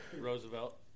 roosevelt